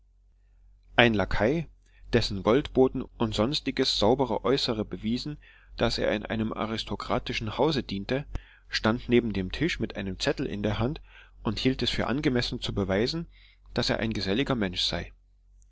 ein lakai dessen goldborten und sonstiges saubere äußere bewiesen daß er in einem aristokratischen hause diente stand neben dem tisch mit einem zettel in der hand und hielt es für angemessen zu beweisen daß er ein geselliger mensch sei